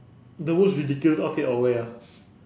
the most ridiculous outfit I will wear ah